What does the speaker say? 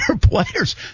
players